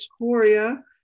Victoria